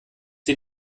sie